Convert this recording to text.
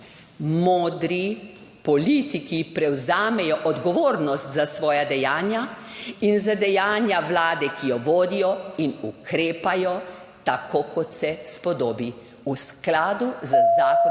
Modri politiki prevzamejo odgovornost za svoja dejanja in za dejanja vlade, ki jo vodijo, in ukrepajo tako, kot se spodobi – v skladu z Zakonom